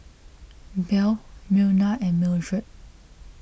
Belle Myrna and Mildred